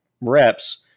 reps